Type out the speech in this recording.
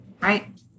right